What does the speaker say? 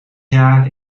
jaar